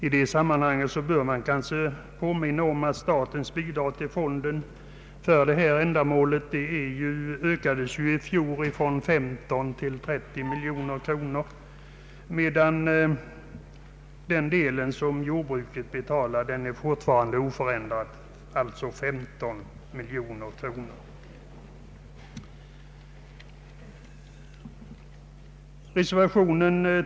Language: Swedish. I detta sammanhang bör man väl också påminna om att statens bidrag till fonden för detta ändamål i fjol ökades från 15 till 30 miljoner kronor, medan den del som jordbruket betalar fortfarande är oförändrad, alltså 15 miljoner kronor. Ang. skördeskadeskyddet m.m.